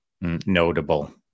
notable